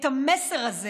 את המסר הזה